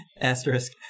Asterisk